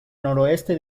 noroeste